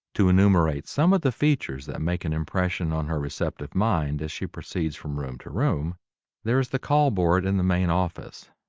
to enumerate some of the features that make an impression on her receptive mind as she proceeds from room to room there is the call board in the main office.